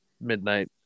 midnight